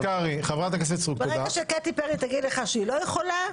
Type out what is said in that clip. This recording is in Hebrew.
ברגע שקטי פרי תגיד לך שהיא לא יכולה,